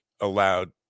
allowed